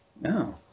No